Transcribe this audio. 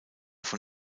von